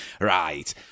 Right